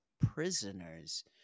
prisoners